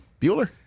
Bueller